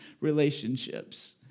relationships